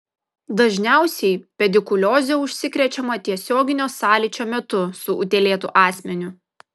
dažniausiai pedikulioze užsikrečiama tiesioginio sąlyčio metu su utėlėtu asmeniu